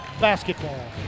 Basketball